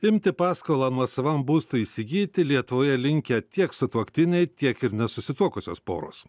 imti paskolą nuosavam būstui įsigyti lietuvoje linkę tiek sutuoktiniai tiek ir nesusituokusios poros